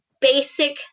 basic